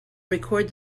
record